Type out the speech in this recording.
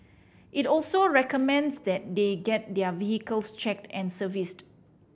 it also recommends that they get their vehicles checked and serviced